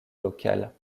locale